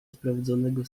sprawdzonego